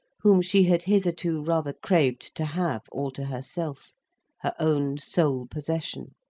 whom she had hitherto rather craved to have all to herself her own sole possession.